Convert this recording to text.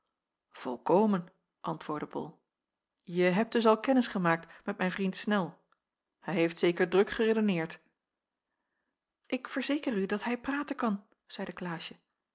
volkomen antwoordde bol je hebt dus al kennis gemaakt met mijn vriend snel hij heeft zeker druk geredeneerd ik verzeker u dat hij praten kan zeide klaasje